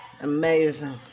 Amazing